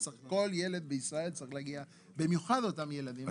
כל ילד בישראל צריך להגיע, במיוחד אותם ילדים.